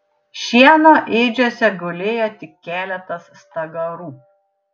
šieno ėdžiose gulėjo tik keletas stagarų